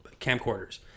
camcorders